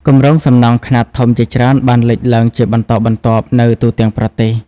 គម្រោងសំណង់ខ្នាតធំជាច្រើនបានលេចឡើងជាបន្តបន្ទាប់នៅទូទាំងប្រទេស។